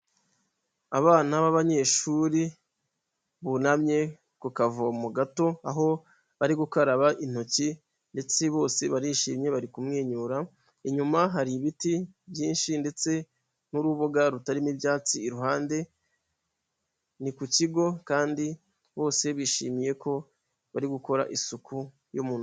Abana b'abanyeshuri bunamye ku kavomo gato, aho bari gukaraba intoki ndetse bose barishimye bari kumwenyura, inyuma hari ibiti byinshi ndetse n'urubuga rutarimo ibyatsi, iruhande ni ku kigo kandi bose bishimiye ko bari gukora isuku y'umubiri